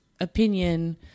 opinion